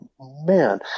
man